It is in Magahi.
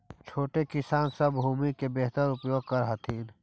छोटे किसान सब भूमि के बेहतर उपयोग कर हथिन